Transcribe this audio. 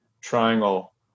triangle